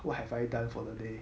what have I done for the day